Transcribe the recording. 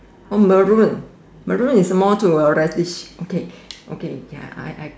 oh Maroon Maroon is more to a reddish okay okay ya I I